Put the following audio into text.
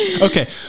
Okay